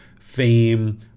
fame